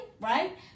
right